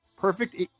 Perfect